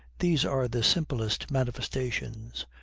these are the simplest manifestations.